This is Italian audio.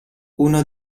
uno